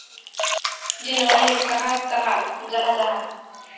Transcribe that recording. जलवायु कहाक कहाँ जाहा जाहा?